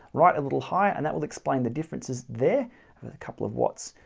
right a little higher, and that will explain the differences there with a couple of watts.